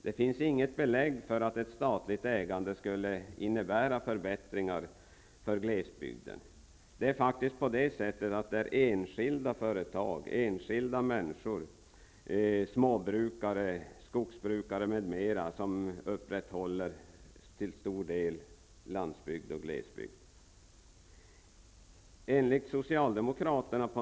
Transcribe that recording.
Det finns inget belägg för att ett statligt ägande skulle innebära förbättringar för glesbygden. Det är faktiskt på det sättet att det är enskilda företag och enskilda människor, småbrukare, skogsbrukare, m.m. som till stor del upprätthåller landsbygden och glesbygden.